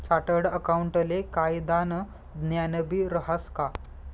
chartered अकाऊंटले कायदानं ज्ञानबी रहास का